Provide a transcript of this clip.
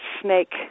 snake